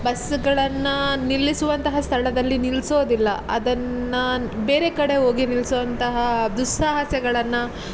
ಬಸ್ಸುಗಳನ್ನು ನಿಲ್ಲಿಸುವಂತಹ ಸ್ಥಳದಲ್ಲಿ ನಿಲ್ಲಿಸೋದಿಲ್ಲ ಅದನ್ನು ಬೇರೆ ಕಡೆ ಹೋಗಿ ನಿಲ್ಲಿಸೋಂತಹ ದುಸ್ಸಾಹಸಗಳನ್ನು